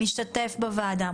משתתף בוועדה,